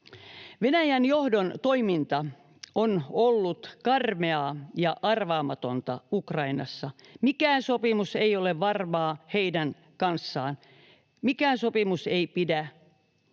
Venäjän johdon toiminta on ollut karmeaa ja arvaamatonta Ukrainassa. Mikään sopimus ei ole varmaa heidän kanssaan. Mikään sopimus ei pidä.